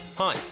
Hi